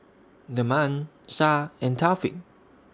Leman Shah and Taufik